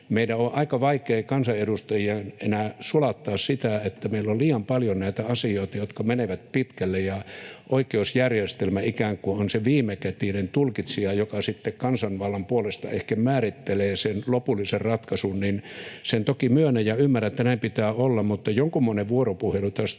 Meidän on aika vaikea kansanedustajina enää sulattaa sitä, että meillä on liian paljon näitä asioita, jotka menevät pitkälle ja oikeusjärjestelmä ikään kuin on se viimekätinen tulkitsija, joka sitten kansanvallan puolesta ehkä määrittelee sen lopullisen ratkaisun. Sen toki myönnän ja ymmärrän, että näin pitää olla, mutta jonkunmoinen vuoropuhelu tästä